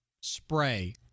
spray